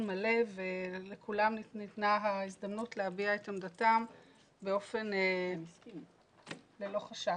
מלא ולכולם ניתנה ההזדמנות להביע את עמדתם ללא חשש.